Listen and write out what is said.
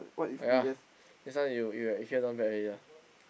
!aiya! this one you you at here not bad already lah